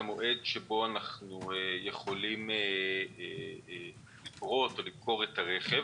את המועד שבו אנחנו יכולים לגרוט או למכור את הרכב.